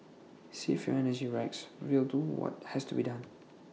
save your energy Rex we'll do what has to be done